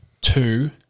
two